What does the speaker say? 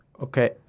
okay